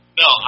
no